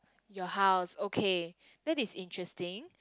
your house okay that is interesting